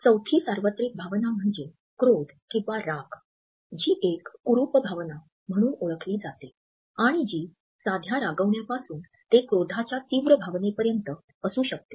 चौथी सार्वत्रिक भावना म्हणजे 'क्रोध' किंवा 'राग' जी एक कुरुप भावना म्हणून ओळखली जाते आणि जी साध्या रागावण्यापासून ते क्रोधाच्या तीव्र भावनेपर्यंत असू शकतो